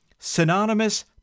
Synonymous